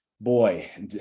boy